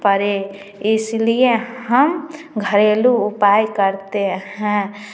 पर इसलिए हम घरेलू उपाय करते हैं